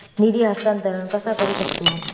निधी हस्तांतर कसा करू शकतू?